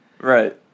Right